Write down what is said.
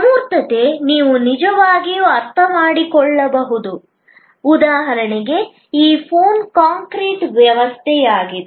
ಅಮೂರ್ತತೆ ನೀವು ನಿಜವಾಗಿಯೂ ಅರ್ಥಮಾಡಿಕೊಳ್ಳಬಹುದು ಉದಾಹರಣೆಗೆ ಈ ಫೋನ್ ಕಾಂಕ್ರೀಟ್ ವಸ್ತುವಾಗಿದೆ